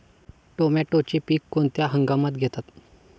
टोमॅटोचे पीक कोणत्या हंगामात घेतात?